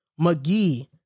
McGee